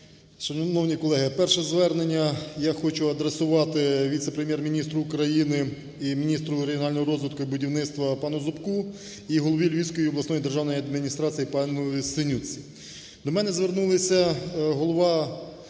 Шановні колеги, перше звернення я хочу адресувати віце-прем'єр-міністру України і міністру регіонального розвитку і будівництва пану Зубку і голові Львівської обласної державної адміністрації пануСинютці. До мене звернулися голова районної радиБуського